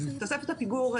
תוספת הפיגור,